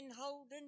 holding